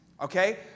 Okay